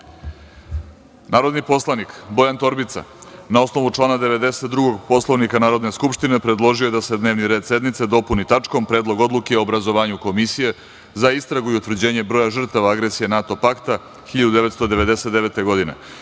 predlog. Narodni poslanik Bojan Torbica, na osnovu člana 92. Poslovnika Narodne skupštine, predložio je da se dnevni red sednice dopuni tačkom – Predlog odluke o obrazovanju komisije za istragu i utvrđenje broja žrtava agresije NATO pakta 1999. godine,